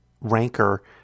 rancor